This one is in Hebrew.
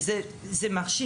מרשים